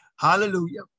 Hallelujah